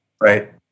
Right